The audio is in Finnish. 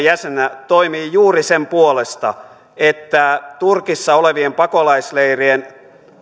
jäsenenä toimii juuri sen puolesta että turkissa olevien pakolaisleirien